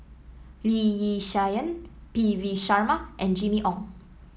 Lee Yi Shyan P V Sharma and Jimmy Ong